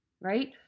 right